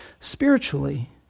spiritually